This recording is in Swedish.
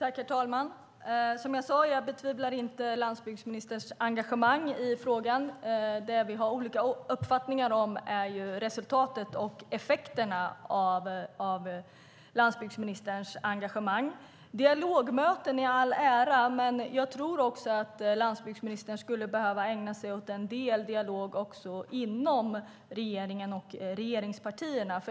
Herr talman! Som jag sade betvivlar jag inte landsbygdsministerns engagemang i frågan. Det vi har olika uppfattningar om är resultatet och effekterna av landsbygdsministerns engagemang. Dialogmöten i all ära, men jag tror att landsbygdsministern skulle behöva ägna sig åt en del dialog inom regeringen och regeringspartierna.